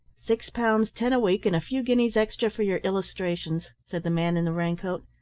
six pounds ten a week, and a few guineas extra for your illustrations, said the man in the raincoat.